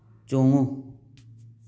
ꯆꯣꯡꯉꯨ